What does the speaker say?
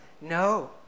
No